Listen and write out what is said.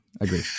agree